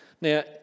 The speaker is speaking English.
Now